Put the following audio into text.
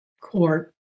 court